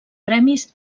premis